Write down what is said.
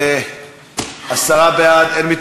סקירה שפרסמה חברת הייעוץ הכלכלי צ'מנסקי בן שחר חשפה פערים של אלפי